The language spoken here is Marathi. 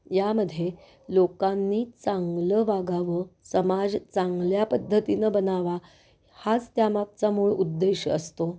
यामध्ये लोकांनी चांगलं वागावं समाज चांगल्या पद्धतीनं बनावा हाच त्यामागचा मूळ उद्देश असतो